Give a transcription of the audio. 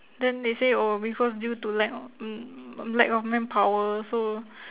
then they say oh because due to lack lack of manpower so